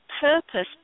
purpose